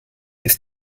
ist